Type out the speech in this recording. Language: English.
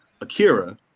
akira